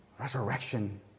Resurrection